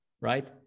right